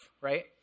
right